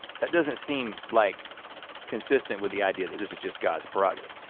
that doesn't seem like consistent with the idea that this is just god's prerogative.